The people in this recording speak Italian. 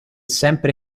sempre